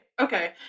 Okay